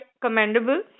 commendable